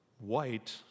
white